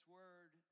word